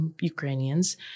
Ukrainians